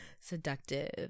seductive